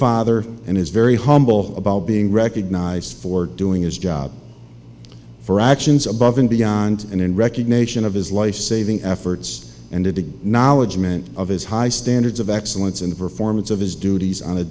father and is very humble about being recognized for doing his job for actions above and beyond and in recognition of his lifesaving efforts and a good knowledge meant of his high standards of excellence in the performance of his duties on a